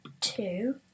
two